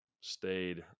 stayed